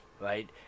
right